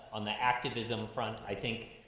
on the activism front, i think,